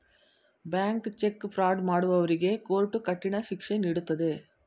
bank cheque fraud ಮಾಡುವವರಿಗೆ court ಕಠಿಣ ಶಿಕ್ಷೆ ನೀಡುತ್ತದೆ